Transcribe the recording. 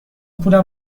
پولم